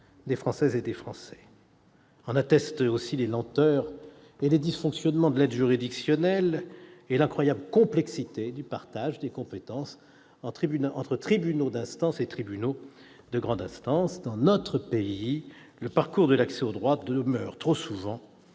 des Françaises et des Français. En attestent aussi les lenteurs et les dysfonctionnements de l'aide juridictionnelle, ainsi que l'incroyable complexité du partage des compétences entre tribunaux d'instance et tribunaux de grande instance. Dans notre pays, le parcours de l'accès au droit demeure trop souvent